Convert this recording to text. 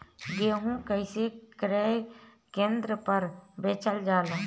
गेहू कैसे क्रय केन्द्र पर बेचल जाला?